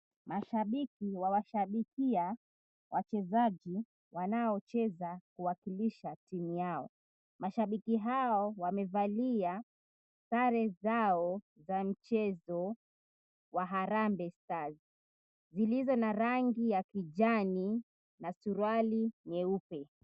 Mashabiki wawashabikia wachezaji wanao cheza kuwakilisha timu yao. Mashabiki hao wamevalia sare zao za mchezo wa Harambee Stars zilizo na rangi ya kijani na suruali nyeupe.